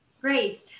Great